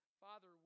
Father